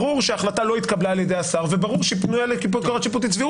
ברור שההחלטה לא התקבלה על ידי השר וברור שהיא פנויה לביקורת שיפוטית.